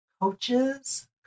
coaches